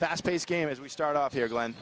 fast paced game as we start off here g